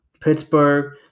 Pittsburgh